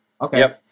okay